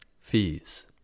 fees